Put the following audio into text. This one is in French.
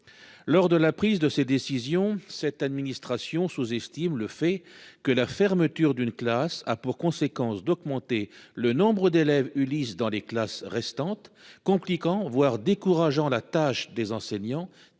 lors de la prise de ces décisions, cette administration sous-estime le fait que la fermeture d'une classe a pour conséquence d'augmenter le nombre d'élèves Ulysse dans les classes restantes compliquant voire décourageant. La tâche des enseignants très